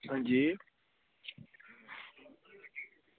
अंजी